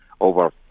over